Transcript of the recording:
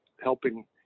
helping